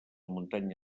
muntanya